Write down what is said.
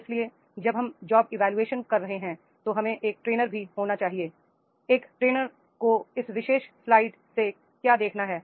इसलिए जब हम जॉब इवोल्यूशन कर रहे हैं तो हमें एक ट्रेनर भी होना चाहिए एक ट्रेनर को इस विशेष स्लाइड से क्या देखना है